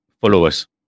followers